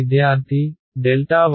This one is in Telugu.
విద్యార్థి y2